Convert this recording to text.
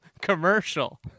commercial